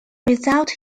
result